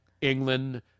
England